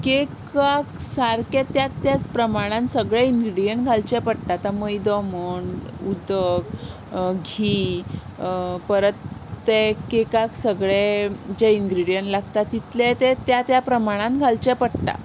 कॅकाक सारके त्याच त्याच प्रमाणान सगळे इनग्रिडियंट घालचे पडटात आतां मैदो म्हण उदक घी परत ते कॅकाक सगळे जे इनग्रिडियंट लागता तितले ते त्या त्या प्रमाणान घालचे पडटा